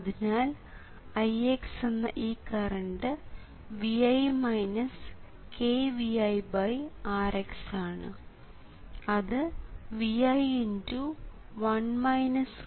അതിനാൽ Ix എന്ന ഈ കറണ്ട് Rx ആണ് അത് Vi×Rx ആണ്